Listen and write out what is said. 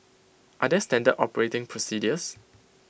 are there standard operating procedures